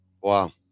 wow